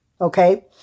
okay